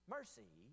Mercy